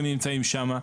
הם נמצאים שם,